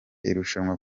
irushanwa